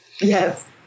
yes